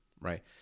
right